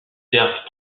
servent